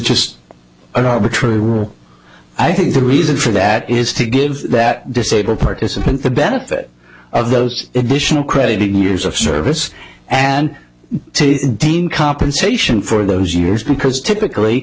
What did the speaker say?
just an arbitrary i think the reason for that is to give that disabled participant the benefit of those additional credit ignitors of service and to deign compensation for those years because typically